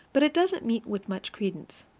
but it doesn't meet with much credence.